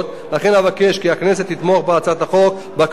לכן אבקש כי הכנסת תתמוך בהצעת החוק בקריאה השנייה